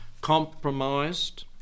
compromised